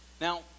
Now